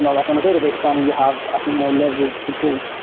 and like on a database stand, you have i think more leverage to pull.